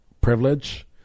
privilege